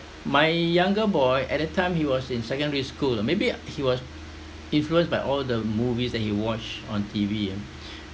my younger boy at that time he was in secondary school lah maybe he was influenced by all the movies that he watch on T_V ah